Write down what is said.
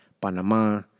Panama